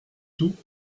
tout